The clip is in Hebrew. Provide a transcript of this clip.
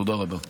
תודה רבה.